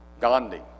Gandhi